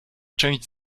część